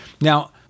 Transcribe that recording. Now